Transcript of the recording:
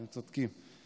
אתם צודקים.